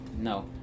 No